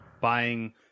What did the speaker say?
Buying